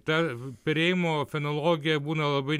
ta perėjimo fenologija būna labai